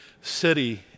city